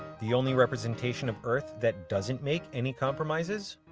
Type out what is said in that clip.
the only representation of earth that doesn't make any comprises,